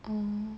oh